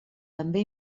també